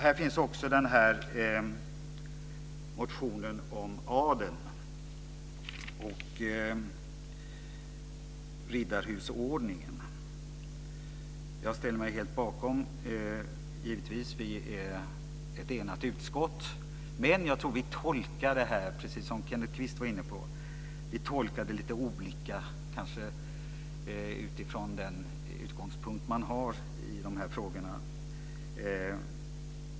Här finns också en motion om adeln och riddarhusordningen. Jag ställer mig givetvis bakom den. Vi är ett enigt utskott. Men jag tror att vi tolkar det olika, utifrån den utgångspunkt vi har i dessa frågor. Kenneth Kvist var inne på det.